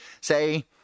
say